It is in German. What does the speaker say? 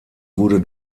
wurde